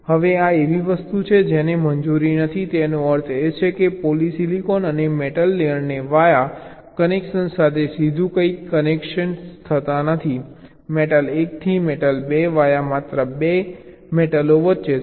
હવે આ એવી વસ્તુ છે જેને મંજૂરી નથી તેનો અર્થ એ કે તમે પોલિસીલિકોન અને મેટલ લેયરને વાયા કનેક્શન સાથે સીધું કનેક્ટ કરી શકતા નથી મેટલ 1 થી મેટલ 2 વાયા માત્ર 2 મેટલો વચ્ચે છે